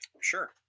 Sure